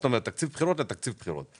זאת אומרת תקציב בחירות לתקציב בחירות,